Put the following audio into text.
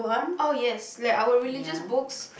oh yes like our religious books